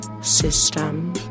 System